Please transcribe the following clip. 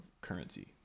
currency